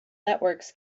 networks